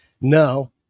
No